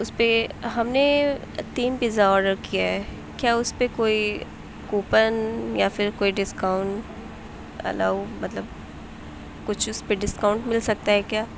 اس پہ ہم نے تین پیزا اوڈر کیا ہے کیا اس پہ کوئی کوپن یا پھر کوئی ڈسکاؤنٹ الاؤ مطلب کچھ اس پہ ڈسکاؤنٹ مل سکتا ہے کیا